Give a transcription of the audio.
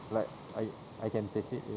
like I I can taste it if